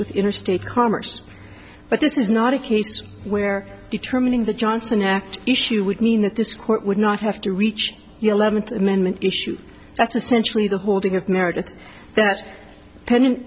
with interstate commerce but this is not a case where determining the johnson act issue would mean that this court would not have to reach eleventh amendment issues that's essentially the holding of marriage at that pendant